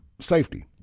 safety